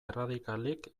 erradikalik